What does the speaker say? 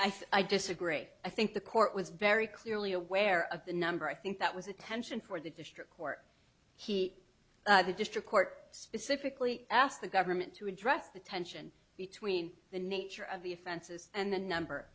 i'd disagree i think the court was very clearly aware of the number i think that was attention for the district court he the district court specifically asked the government to address the tension between the nature of the offenses and the number